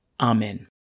Amen